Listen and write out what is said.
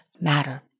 matter